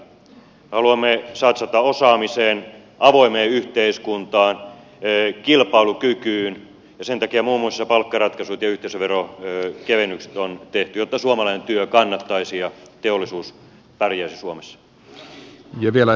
haluamme satsata osaamiseen avoimeen yhteiskuntaan kilpailukykyyn ja sen takia muun muassa palkkaratkaisut ja yhteisöverokevennykset on tehty jotta suomalainen työ kannattaisi ja teollisuus pärjäisi suomessa